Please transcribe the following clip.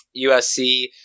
USC